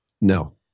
No